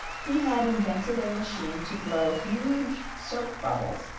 he had invented a machine to blow huge soap-bubbles,